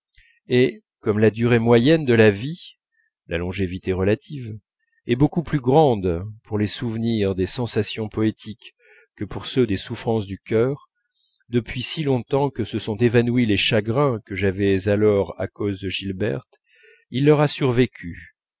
et comme la durée moyenne de la vie la longévité relative est beaucoup plus grande pour les souvenirs des sensations poétiques que pour ceux des souffrances du cœur depuis si longtemps que se sont évanouis les chagrins que j'avais alors à cause de gilberte il leur a survécu